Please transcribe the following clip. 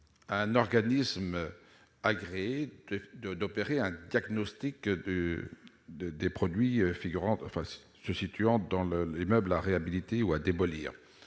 un organisme agréé d'opérer un diagnostic des produits se situant dans l'immeuble à réhabiliter ou à démolir,